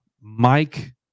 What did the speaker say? Mike